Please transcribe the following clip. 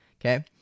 Okay